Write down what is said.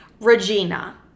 Regina